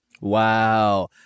Wow